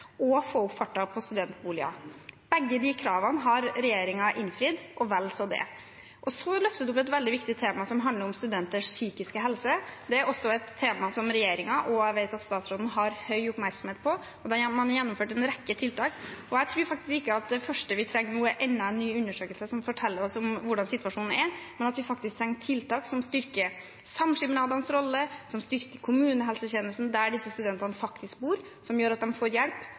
og få opp farta på studentboliger. Begge de kravene har regjeringen innfridd – og vel så det. Så tok hun opp et veldig viktig tema som handler om studenters psykiske helse. Det er også et tema som regjeringen har – og jeg vet at statsråden har det – stor oppmerksomhet på, og man har gjennomført en rekke tiltak. Jeg tror faktisk ikke at det første vi trenger nå, er enda en ny undersøkelse som forteller oss hvordan situasjonen er, men at vi trenger tiltak som styrker samskipnadenes rolle, som styrker kommunehelsetjenesten der disse studentene faktisk bor, som gjør at de får hjelp